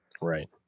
right